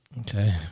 Okay